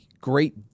great